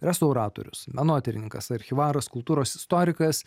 restauratorius menotyrininkas archyvaras kultūros istorikas